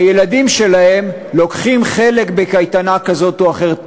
הילדים שלהן לוקחים חלק בקייטנה כזאת או אחרת.